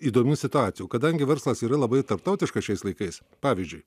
įdomių situacijų kadangi verslas yra labai tarptautiškas šiais laikais pavyzdžiui